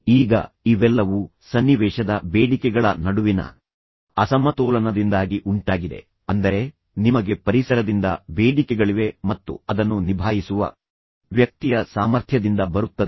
ಈಗ ಇವೆಲ್ಲವೂ ಸನ್ನಿವೇಶದ ಬೇಡಿಕೆಗಳ ನಡುವಿನ ಅಸಮತೋಲನದಿಂದಾಗಿ ಉಂಟಾಗಿದೆ ಅಂದರೆ ನಿಮಗೆ ಪರಿಸರದಿಂದ ಬೇಡಿಕೆಗಳಿವೆ ಮತ್ತು ಅದನ್ನು ನಿಭಾಯಿಸುವ ವ್ಯಕ್ತಿಯ ಸಾಮರ್ಥ್ಯದಿಂದ ಬರುತ್ತದೆ